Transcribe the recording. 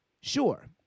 Sure